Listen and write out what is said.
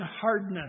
hardness